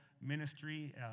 ministry